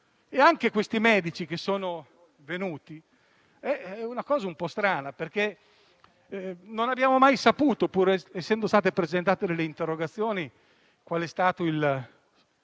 Anche questi medici che sono venuti sono una cosa un po' strana, perché non abbiamo mai saputo, pur essendo state presentate alcune interrogazioni, quale sia stato il